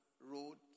road